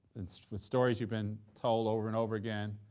it's with stories you've been told over and over again.